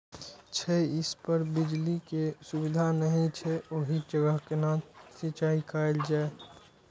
छै इस पर बिजली के सुविधा नहिं छै ओहि जगह केना सिंचाई कायल जाय?